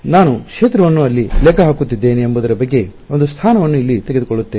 ನಾನು ಕ್ಷೇತ್ರವನ್ನು ಎಲ್ಲಿ ಲೆಕ್ಕ ಹಾಕುತ್ತಿದ್ದೇನೆ ಎಂಬುದರ ಬಗ್ಗೆ ಒಂದು ಸ್ಥಾನವನ್ನು ಇಲ್ಲಿ ತೆಗೆದುಕೊಳ್ಳುತ್ತೇನೆ